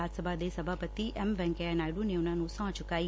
ਰਾਜ ਸਭਾ ਦੇ ਸਭਾਪਤੀ ਐਮ ਵੈਂਕਈਆ ਨਾਇਡੁ ਨੇ ਉਨੂਾਂ ਨੂੰ ਸਹੂੰ ਚੁਕਾਈ